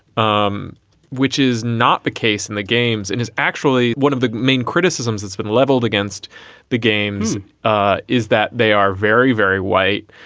um which is not the case in the games and is actually one of the main criticisms that's been leveled against the games ah is that they are very, very white,